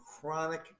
chronic